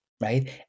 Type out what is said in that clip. right